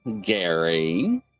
gary